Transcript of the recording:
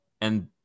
And-